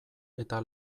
eta